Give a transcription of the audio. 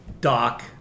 Doc